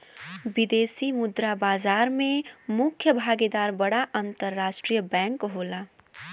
विदेशी मुद्रा बाजार में मुख्य भागीदार बड़ा अंतरराष्ट्रीय बैंक होला